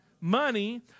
Money